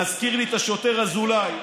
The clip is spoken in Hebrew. מזכיר לי את השוטר אזולאי,